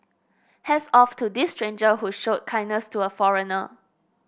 hats off to this stranger who showed kindness to a foreigner